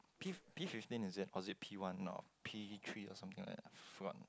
P P fifteen is it was it P one no P_G three or something like that P one